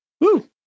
Woo